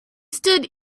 stood